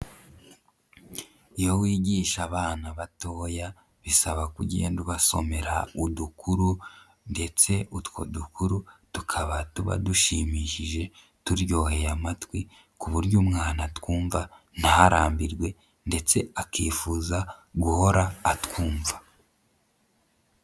Iyo wigisha abana batoya bisaba kugenda ubasomera udukuru ndetse utwo dukuru tukaba tuba dushimishije turyoheye amatwi ku buryo umwana atwumva ntarambirwe ndetse akifuza guhora atwumva.